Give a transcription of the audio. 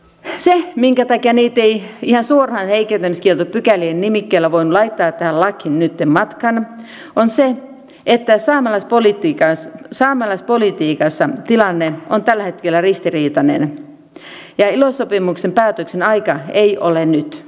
se minkä takia niitä ei ihan suoraan heikentämiskieltopykälien nimikkeellä voinut laittaa tähän lakiin nytten matkaan on se että saamelaispolitiikassa tilanne on tällä hetkellä ristiriitainen ja ilo sopimuksen päätöksen aika ei ole nyt